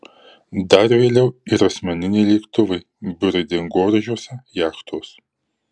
dar vėliau ir asmeniniai lėktuvai biurai dangoraižiuose jachtos